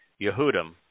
Yehudim